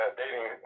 dating